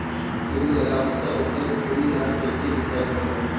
खैनी लगाबो ता ओकर भुईं ला कइसे जोताई करबो?